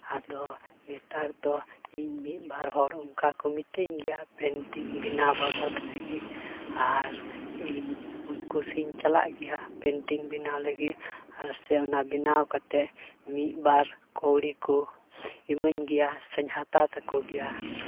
ᱟᱫᱚ ᱱᱮᱛᱟᱨ ᱫᱚ ᱤᱧ ᱢᱤᱫ ᱵᱟᱨ ᱦᱚᱲ ᱚᱱᱠᱟ ᱠᱚ ᱢᱤᱛᱟᱹᱧ ᱜᱮᱭᱟ ᱯᱮᱱᱴᱤᱝ ᱵᱮᱱᱟᱣ ᱵᱟᱵᱚᱫ ᱜᱮ ᱟᱨ ᱤᱧ ᱩᱱᱠᱩ ᱥᱮᱡ ᱤᱧ ᱪᱟᱞᱟᱜ ᱜᱮᱭᱟ ᱯᱮᱱᱴᱤᱝ ᱵᱮᱱᱟᱣ ᱞᱟᱹᱜᱤᱫ ᱟᱨ ᱥᱮ ᱚᱱᱟ ᱵᱮᱱᱟᱣ ᱠᱟᱛᱮ ᱢᱤᱫ ᱵᱟᱨ ᱠᱟᱹᱣᱲᱤ ᱠᱚ ᱮᱢᱟᱹᱧ ᱜᱮᱭᱟ ᱥᱮᱧ ᱦᱟᱛᱟᱣ ᱛᱟᱠᱚ ᱜᱮᱭᱟ